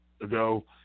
ago